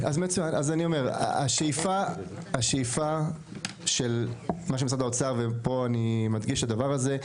אם זה כך אז השאיפה של משרד האוצר ופה אני מדגיש את הדבר הזה,